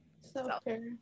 self-care